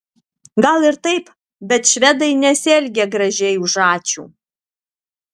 gal ir taip bet švedai nesielgia gražiai už ačiū